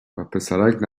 وپسرک